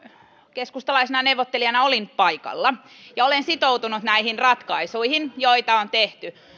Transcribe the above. keskustalaisena neuvottelijana olin paikalla ja olen sitoutunut näihin ratkaisuihin joita on tehty